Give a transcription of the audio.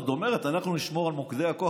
עוד אומרת: אנחנו נשמור על מוקדי הכוח,